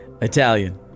italian